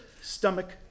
stomach